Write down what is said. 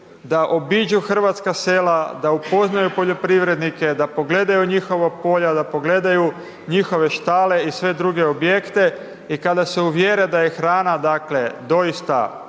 da obiđu hrvatska sela, da upoznaju poljoprivrednike, da pogledaju njihova polja, da pogledaju njihove štale i sve druge objekte i kada se uvjere, da je hrana dakle,